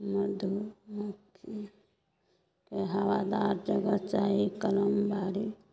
मधुमक्खीके हबादार जगह चाही कलम बाड़ी